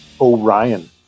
Orion